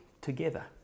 together